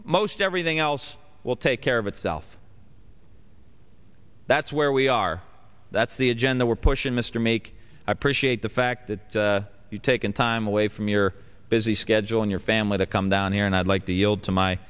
most everything else will take care of itself that's there we are that's the agenda we're pushing mr make i appreciate the fact that you've taken time away from your busy schedule and your family to come down here and i'd like the old to my